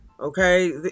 Okay